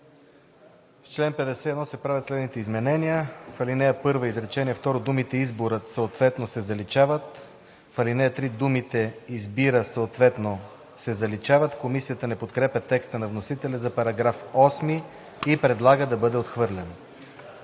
В чл. 51 се правят следните изменения: 1. В ал. 1, изречение второ думите „Изборът, съответно“ се заличават. 2. В ал. 3 думите „избира, съответно“ се заличават.“ Комисията не подкрепя текста на вносителя за § 8 и предлага да бъде отхвърлен.